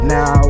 Now